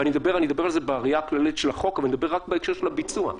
ואני מדבר על זה בראייה הכללית של החוק רק בהקשר של הביצוע.